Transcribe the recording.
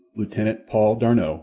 lieutenant paul d'arnot,